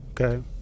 okay